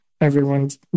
everyone's